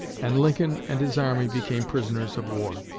and lincoln and his army became prisoners of war.